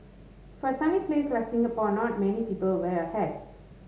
for a sunny place like Singapore not many people wear a hat